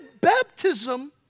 baptism